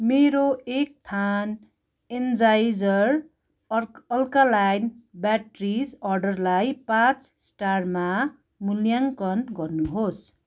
मेरो एक थान एनर्जाइजर अर्क अल्कालाइन ब्याट्रीस अर्डरलाई पाँच स्टारमा मूल्याङ्कन गर्नुहोस्